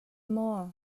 maw